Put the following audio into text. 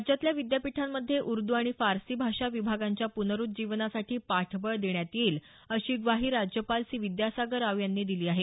राज्यातल्या विद्यापीठांमध्ये उर्द आणि फारसी भाषा विभागांच्या पुनरुज्जीवनासाठी पाठबळ देण्यात येईल अशी ग्वाही राज्यपाल सी विद्यासागर राव यांनी दिली आहे